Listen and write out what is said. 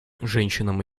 женщинам